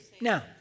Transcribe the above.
Now